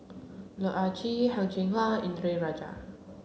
Loh Ah Chee Heng Cheng Hwa Indranee Rajah